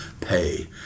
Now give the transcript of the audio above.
pay